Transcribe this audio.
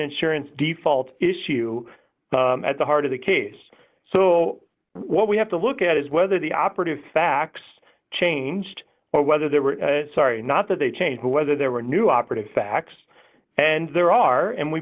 insurance default issue at the heart of the case so what we have to look at is whether the operative facts changed or whether they were sorry not that they changed whether there were new operative facts and there are and we